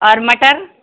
और मटर